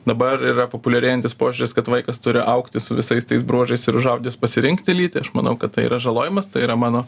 dabar yra populiarėjantis požiūris kad vaikas turi augti su visais tais bruožais ir užaugęs pasirinkti lytį aš manau kad tai yra žalojimas tai yra mano